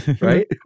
right